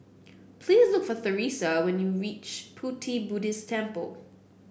please look for Theresia when you reach Pu Ti Buddhist Temple